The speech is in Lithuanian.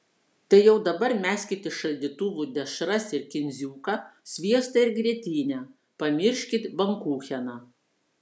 tai jau dabar meskit iš šaldytuvų dešras ir kindziuką sviestą ir grietinę pamirškit bankucheną